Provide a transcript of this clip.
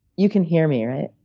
you can hear me, right?